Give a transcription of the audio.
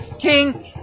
King